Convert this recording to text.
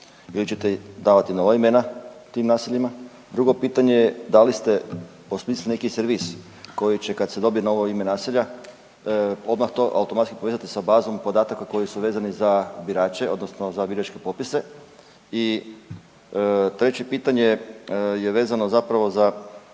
ili ćete davati nova imena tim naseljima? Drugo pitanje, da li ste osmislili neki servis koji će kad se dobije novo ime naselja odmah to automatski povezati sa bazom podataka koji su vezani za birače, odnosno za biračke popise i treće pitanje je vezano zapravo za,